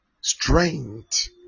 Strength